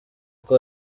kuko